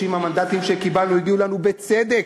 30 המנדטים שקיבלנו הגיעו לנו בצדק,